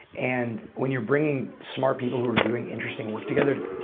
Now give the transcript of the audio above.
and when you're bringing smart people who are doing interesting work together,